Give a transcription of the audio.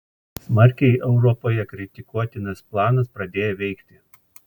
smarkiai europoje kritikuotinas planas pradėjo veikti